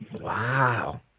Wow